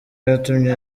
yatumye